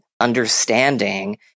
understanding